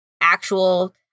actual